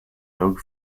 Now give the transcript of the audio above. dog